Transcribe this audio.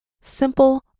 simple